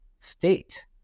state